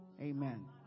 Amen